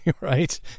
right